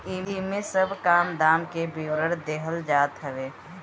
इमे सब काम धाम के विवरण देहल जात हवे